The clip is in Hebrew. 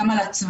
גם על הצוותים,